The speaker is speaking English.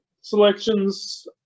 selections